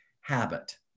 habit